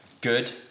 good